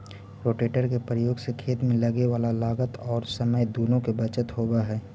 rotator के प्रयोग से खेत में लगे वाला लागत औउर समय दुनो के बचत होवऽ हई